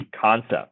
concept